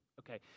Okay